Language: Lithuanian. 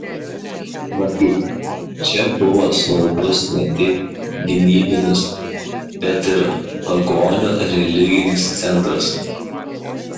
matyt čia buvo svarbus ne tik gynybinis bet ir pagonių religinis centras